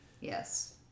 Yes